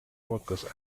workers